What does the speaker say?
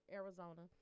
arizona